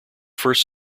first